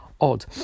odd